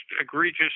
egregious